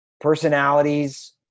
personalities –